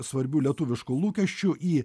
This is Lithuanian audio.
svarbių lietuviškų lūkesčių į